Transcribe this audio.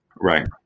Right